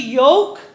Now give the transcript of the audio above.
yoke